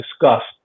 discussed